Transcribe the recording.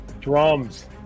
Drums